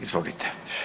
Izvolite.